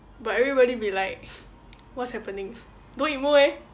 but everybody be like what's happening don't emo eh